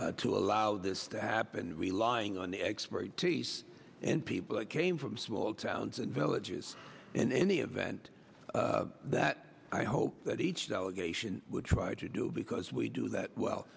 to allow this to happen relying on the expertise and people that came from small towns and villages and the event that i hope that each delegation would try to do because we do that well